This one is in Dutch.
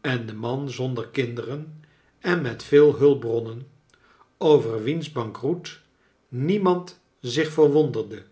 en de man zonder kinderen en met veel hulpbronnen over wiens bankroet niemand zich verwonderde